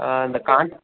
ஆ இந்த கா